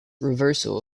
reversal